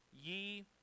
ye